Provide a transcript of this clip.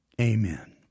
Amen